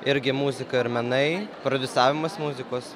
irgi muzika ir menai produsiavimas muzikos